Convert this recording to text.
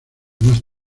más